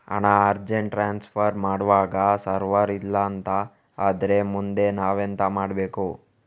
ಹಣ urgent transfer ಮಾಡ್ವಾಗ server ಇಲ್ಲಾಂತ ಆದ್ರೆ ಮುಂದೆ ನಾವೆಂತ ಮಾಡ್ಬೇಕು?